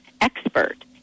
expert